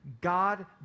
God